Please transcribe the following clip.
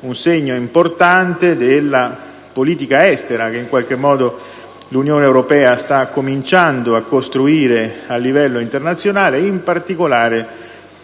un segno importante della politica estera che l'Unione europea sta cominciando a costruire a livello internazionale, in particolare